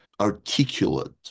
articulate